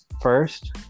first